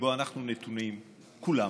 שבו אנחנו נתונים כולם,